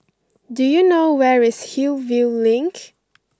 do you know where is Hillview Link